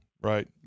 right